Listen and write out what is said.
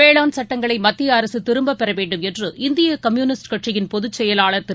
வேளாண் சட்டங்களைமத்தியஅரசுதிரும்பப் பெறவேண்டும் என்று இந்தியகம்யூனிஸ்ட் கட்சியின் பொதுச் செயலாளர் திரு